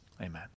Amen